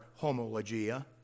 homologia